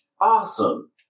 awesome